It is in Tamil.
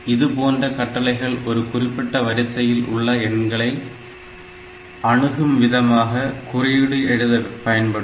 இதுபோன்ற கட்டளைகள் ஒரு குறிப்பிட்ட வரிசையில் உள்ள எண்களை அணுகும் விதமாக குறியீடு எழுத பயன்படும்